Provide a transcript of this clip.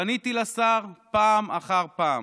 פניתי לשר פעם אחר פעם,